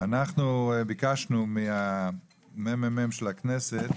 אנחנו ביקשנו מהממ"מ של הכנסת